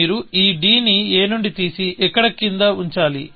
మీరు ఈ d ని a నుండి తీసి ఎక్కడో కింద ఉంచాలి